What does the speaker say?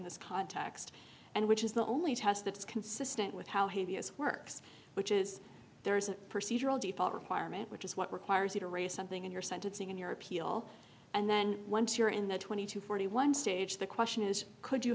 this context and which is the only test that's consistent with how he works which is there's a procedural requirement which is what requires you to raise something in your sentencing in your appeal and then once you're in the twenty to forty one stage the question is could you